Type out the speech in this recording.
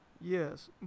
Yes